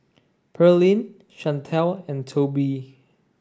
Pearline Chantelle and Toby